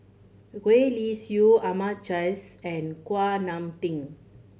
Gwee Li Sui Ahmad Jais and Kuak Nam Tin